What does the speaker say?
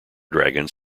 dragons